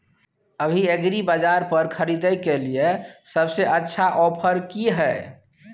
अभी एग्रीबाजार पर खरीदय के लिये सबसे अच्छा ऑफर की हय?